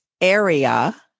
area